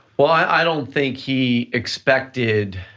well, i don't think he expected